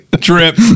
Trip